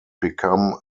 become